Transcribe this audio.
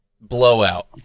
blowout